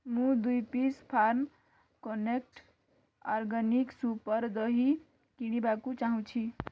ମୁଁ ଦୁଇ piece farm connect organic super ଦହି କିଣିବାକୁ ଚାହୁଁଛି